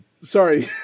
Sorry